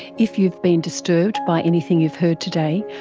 if you've been disturbed by anything you've heard today,